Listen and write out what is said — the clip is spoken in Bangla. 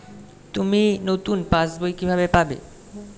আমি নতুন পাস বই কিভাবে পাব?